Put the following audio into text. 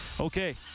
Okay